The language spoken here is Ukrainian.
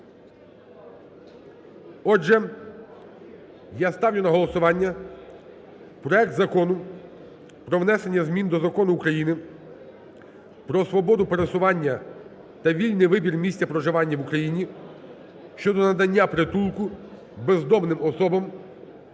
Отже, я ставлю на голосування проект Закону про внесення змін до Закон України "Про свободу пересування та вільний вибір місця проживання в Україні" (щодо надання притулку бездомним особам)